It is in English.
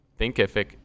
Thinkific